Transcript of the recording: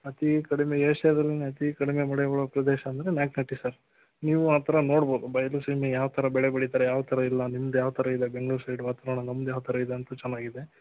ಅತಿ ಕಡಿಮೆ ಏಷ್ಯಾದಲ್ಲೇನೆ ಅತಿ ಕಡಿಮೆ ಮಳೆ ಬರುವ ಪ್ರದೇಶ ಅಂದರೆ ನಾಯಕನಟ್ಟಿ ಸರ್ ನೀವು ಆ ಥರ ನೋಡ್ಬೋದು ಬಯಲು ಸೀಮೆ ಯಾವ ಥರ ಬೆಳೆ ಬೆಳಿತಾರೆ ಯಾವ ಥರ ಇಲ್ಲ ನಿಮ್ಮದು ಯಾವ ಥರ ಇದೆ ಬೆಂಗಳೂರು ಸೈಡ್ ವಾತಾವರಣ ನಮ್ಮದು ಯಾವ ಥರ ಅಂತಲೂ ಚೆನ್ನಾಗಿದೆ